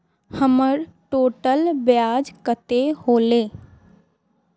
हमर टोटल ब्याज कते होले?